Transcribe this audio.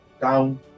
down